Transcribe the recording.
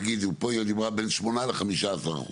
נגיד פה היא דיברה בין 8% ל- 15%,